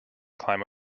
climb